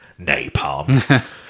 napalm